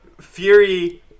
Fury